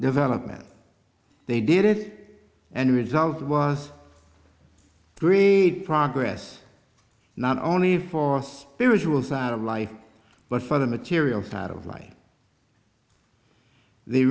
development they did it and result was three progress not only for spiritual side of life but for the material side of life the